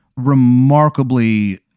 remarkably